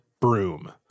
broom